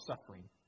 suffering